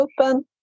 open